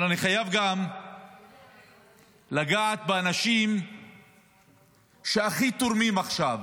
אבל אני חייב לגעת באנשים שהכי תורמים עכשיו,